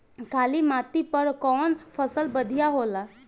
काली माटी पर कउन फसल बढ़िया होला?